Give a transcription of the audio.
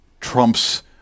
Trump's